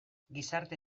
gizarte